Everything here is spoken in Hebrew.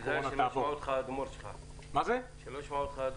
תיזהר, שהאדמו"ר שלך לא ישמע אותך.